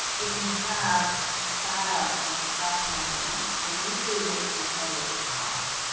it can have style and professionalism and really make your photos pop.